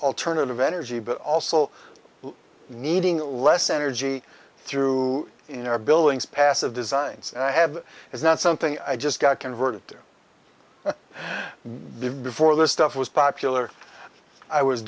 alternative energy but also needing less energy through in our buildings passive designs and i have is not something i just got converted to live before this stuff was popular i was